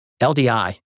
LDI